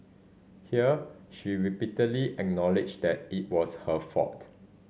here she repeatedly acknowledged that it was her fault